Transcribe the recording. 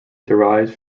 derives